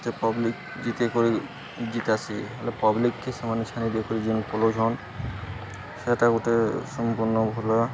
ଯେ ପବ୍ଲିକ୍ ଜିତେ କରି ଜିତାସି ହେଲେ ପବ୍ଲିକ୍ କେ ସେମାନେ ଦଆ କରି ଯେନ୍ ପଲଉଛନ ସେଇଟା ଗୋଟେ ସମ୍ପୂର୍ଣ୍ଣ ଭଲ